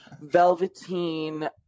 velveteen